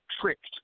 tricked